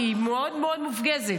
כי היא מאוד מאוד מופגזת.